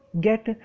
get